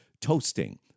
toasting